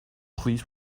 please